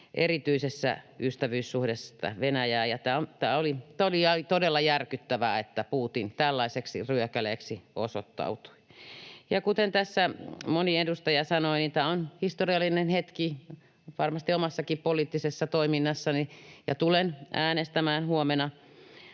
erityisessä ystävyyssuhteessa Venäjään, ja tämä oli todella järkyttävää, että Putin tällaiseksi ryökäleeksi osoittautui. Kuten tässä moni edustaja sanoi, niin tämä on historiallinen hetki varmasti omassakin poliittisessa toiminnassani, ja tulen äänestämään huomenna